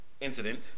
incident